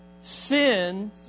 sin